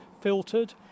filtered